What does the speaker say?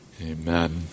Amen